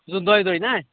زٕ دۄیہِ دۅہۍ نا